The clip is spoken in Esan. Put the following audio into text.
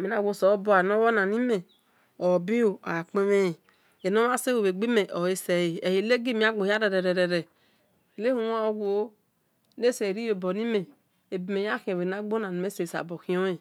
mhe nawe oselo bua noluo na nimhe ole obilu enomhan selu bhe gbe me ole sele, ene gime agbon hia rere nehuwan wo wo enese ye ri yobon nimhe ebi nae yan lehien bha nagho na nimaheseye lehionien